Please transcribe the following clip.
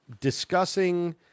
discussing